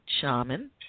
Shaman